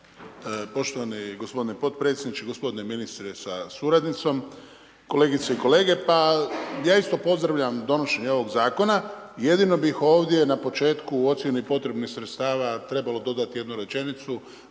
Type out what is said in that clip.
Poštovani g. potpredsjedniče, g. ministre sa suradnicom, kolegice i kolege. Ja isto pozdravljam donošenje ovog zakona, jedino bi ovdje na početku u ocjeni potrebnih sredstva trebalo dodati jednu rečenicu,